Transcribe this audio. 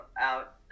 out